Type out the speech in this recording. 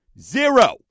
zero